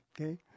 Okay